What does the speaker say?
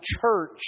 church